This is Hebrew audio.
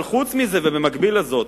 אבל חוץ מזה ובמקביל לזאת,